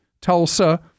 Tulsa